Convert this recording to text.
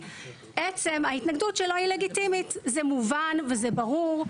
עצם ההתנגדות שלו היא לגיטימית זה מובן וזה ברור,